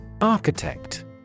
Architect